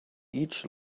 each